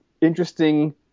interesting